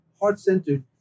heart-centered